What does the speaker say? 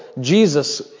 Jesus